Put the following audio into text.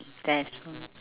there's uh